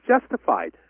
justified